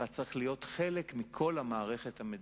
אתה צריך להיות חלק מכל המערכת המדינית.